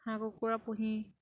হাঁহ কুকুৰা পুহি